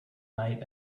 night